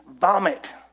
vomit